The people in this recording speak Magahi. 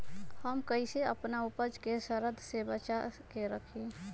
हम कईसे अपना उपज के सरद से बचा के रखी?